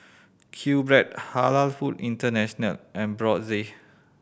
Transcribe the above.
Q Bread Halal Foods International and Brotzeit